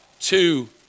two